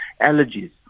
allergies